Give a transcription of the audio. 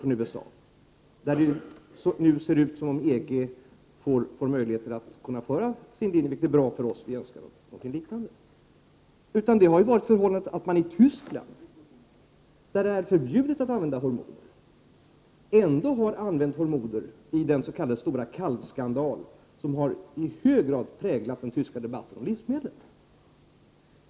Där ser det nu ut som att EG får möjligheter att föra sin linje, vilket är bra för oss, för vi önskar något liknande. Frågan har i stället gällt det förhållandet att man i Tyskland, där det är förbjudet att använda hormoner, ändå använt hormoner i den s.k. stora kalvskandal som i hög grad präglat den tyska debatten om livsmedel.